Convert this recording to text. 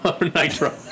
Nitro